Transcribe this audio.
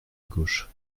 gauche